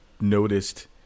noticed